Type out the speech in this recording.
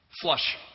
Flush